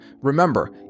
Remember